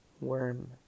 worm